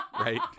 Right